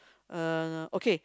uh okay